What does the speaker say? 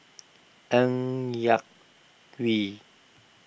Ng Yak Whee